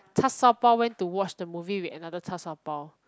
char-shao-bao went to watch the movie with another char-shao-bao